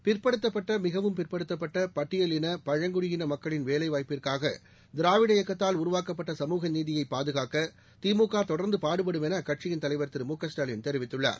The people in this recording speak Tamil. பிற்படுத்தப்பட்ட மிகவும் பிற்படுத்தப்பட்ட பட்டியலின பழங்குடியின மக்களின் வேலை வாய்ப்புக்காக திராவிட இயக்கத்தால் உருவாக்கப்பட்ட சமூக நீதியை பாதுகாக்க திமுக தொடர்ந்து பாடுபடும் என அக்கட்சியின் தலைவர் திரு மு க ஸ்டாலின் தெரிவித்துள்ளார்